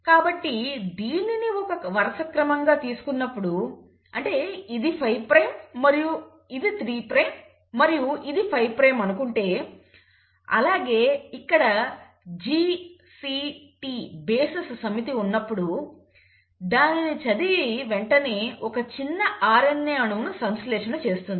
కాబట్టి దీనిని ఒక వరుసక్రమంగా తీసుకున్నప్పుడు ఇది 3 ప్రైమ్ మరియు ఇది 5 ప్రైమ్ అనుకుంటే అలాగే ఇక్కడ GCT బేసెస్ సమితి ఉన్నప్పుడు దానిని చదివి వెంటనే ఒక చిన్న RNA అణువును సంశ్లేషణ చేస్తుంది